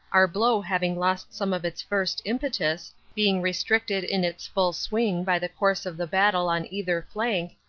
our blow having lost some of its first impetus, being restricted in its full swing by the course of the battle on either flank,